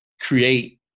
create